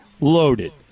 loaded